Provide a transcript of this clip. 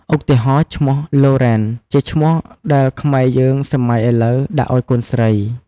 ឧទាហរណ៍ឈ្មោះឡូរេន (Lauren) ជាឈ្មោះដែលខ្មែរយើងសម័យឥលូវដាក់អោយកូនស្រី។